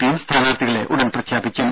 പിയും സ്ഥാനാർത്ഥികളെ ഉടൻ പ്രഖ്യാപിക്കും